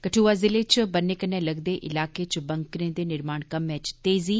कठुआ ज़िले च ब'न्ने कन्नै लगदे इलाकें च बंकरें दे निर्माण कम्मै च तेजी